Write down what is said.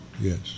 yes